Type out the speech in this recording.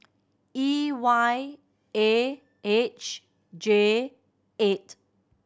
E Y A H J eight